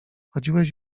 chodziłeś